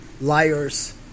liars